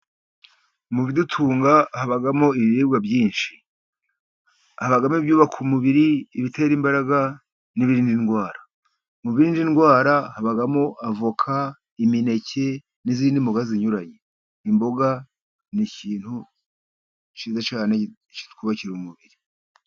Mu bidutunga habamo ibiribwa byinshi habamo: ibyubaka umubiri, ibitera imbaraga, n'ibirinda idwara. Mu binda indwara habamo: avoka, imineke, n'izindi mboga zinyuranye. Imboga ni ikintu cyiza cyane kitwubakira umubiri.